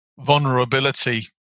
vulnerability